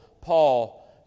Paul